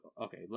okay